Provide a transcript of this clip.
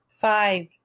Five